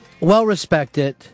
Well-respected